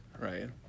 right